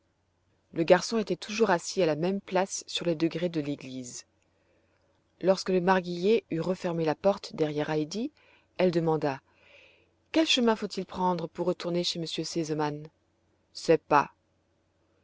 le garçon était toujours assis à la même place sur les degrés de l'église lorsque le marguillier eut refermé la porte derrière heidi elle demanda quel chemin faut-il prendre pour retourner chez m r sesemann sais pas